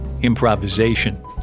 Improvisation